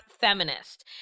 Feminist